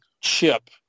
chip